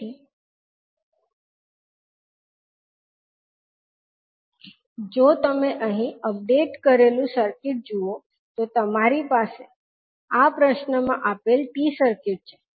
તેથી જો તમે અહીં અપડેટ કરેલું સર્કિટ જુઓ તો તમારી પાસે પ્રશ્નમાં આપેલ T સર્કિટ છે